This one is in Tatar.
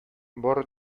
бары